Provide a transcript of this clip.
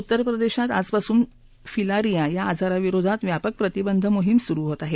उत्तर प्रदेशात आजपासून फिलारीया या आजारा विरोधात व्यापक प्रतिबंध मोहीम सुरु होत आहे